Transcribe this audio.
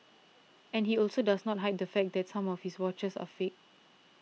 and he also does not hide the fact that some of his watches are fakes